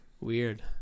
Weird